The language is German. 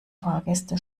fahrgäste